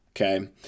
okay